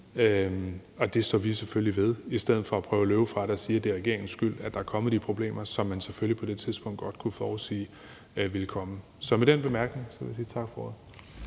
at det står vi selvfølgelig ved, i stedet for at prøve at løbe fra det og sige, at det er regeringens skyld, der er kommet de problemer, som man selvfølgelig på det tidspunkt godt kunne forudsige ville komme. Med den bemærkning vil jeg sige tak for ordet.